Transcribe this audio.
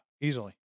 Easily